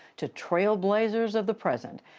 to trailblazers of the present,